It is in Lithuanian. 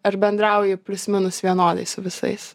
ar bendrauji plius minus vienodai su visais